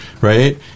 right